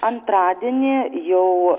antradienį jau